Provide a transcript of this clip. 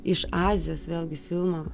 iš azijos vėlgi filmą